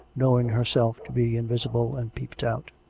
knowing herself to be invisible, and peeped out.